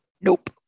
nope